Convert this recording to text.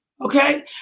Okay